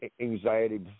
anxiety